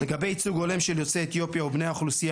לגבי ייצוג הולם של יוצאי אתיופיה ובני האוכלוסייה